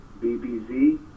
B-B-Z